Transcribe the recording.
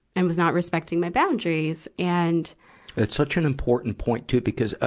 and was not respecting my boundaries. and that's such an important point, too, because, ah,